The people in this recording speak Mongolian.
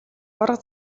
аварга